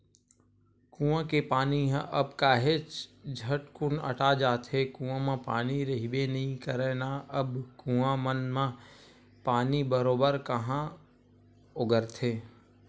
कुँआ के पानी ह अब काहेच झटकुन अटा जाथे, कुँआ म पानी रहिबे नइ करय ना अब कुँआ मन म पानी बरोबर काँहा ओगरथे